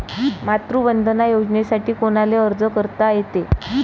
मातृवंदना योजनेसाठी कोनाले अर्ज करता येते?